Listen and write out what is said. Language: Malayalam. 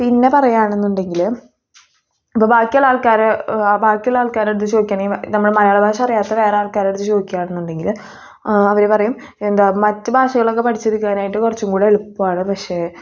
പിന്നെ പറയുകയാണെന്നുണ്ടെങ്കിൽ ഇപ്പം ബാക്കിയുള്ള ആൾക്കാർ ബാക്കിയുള്ള ആൾക്കാരുടെ അടുത്ത് ചോദിക്കുകയാണെങ്കിൽ നമ്മൾ മലയാളഭാഷ അറിയാത്ത വേറെ ആൾക്കാരുടെ അടുത്ത് ചോദിക്കുകയാണെന്നുണ്ടെങ്കിൽ ആ അവർ പറയും എന്താ മറ്റ് ഭാഷകളൊക്കെ പഠിച്ചെടുക്കാനായിട്ട് കുറച്ചും കൂടി എളുപ്പമാണ് പക്ഷെ